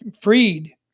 freed